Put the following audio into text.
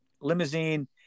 limousine